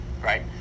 right